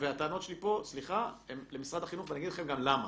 והטענות שלי פה הן למשרד החינוך ואני אגיד לכם גם למה.